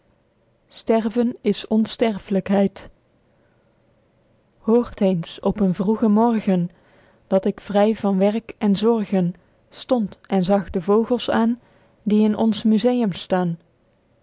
sterven is onsterflykheid hoort eens op een vroegen morgen dat ik vry van werk en zorgen stond en zag de vogels aen die in ons museum staen